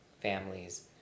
families